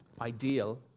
ideal